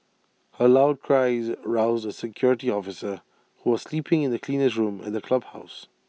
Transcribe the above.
her loud cries roused A security officer who was sleeping in the cleaner's room at the clubhouse